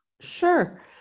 sure